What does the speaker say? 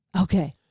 Okay